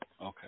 okay